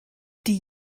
die